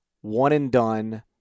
one-and-done